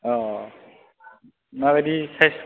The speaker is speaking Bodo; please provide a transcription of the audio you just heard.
औ माबादि साइस